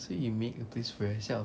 so you make a place for yourself